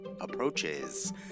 approaches